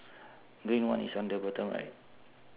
green one is under bottom right